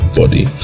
body